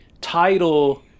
title